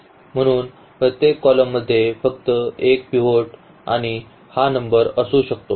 म्हणून प्रत्येक column मध्ये फक्त एक पिव्होट आणि हा नंबर असू शकतो